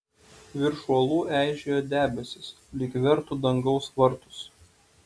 virš uolų eižėjo debesys lyg vertų dangaus vartus